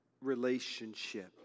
relationship